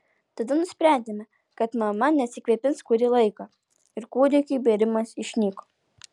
tada nusprendėme kad mama nesikvėpins kurį laiką ir kūdikiui bėrimas išnyko